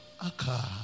Aka